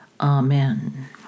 Amen